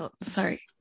Sorry